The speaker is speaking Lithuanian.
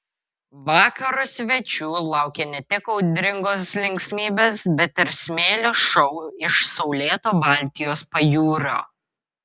vakaro svečių laukė ne tik audringos linksmybės bet ir smėlio šou iš saulėto baltijos pajūrio